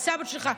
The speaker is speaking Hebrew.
את סבא שלך,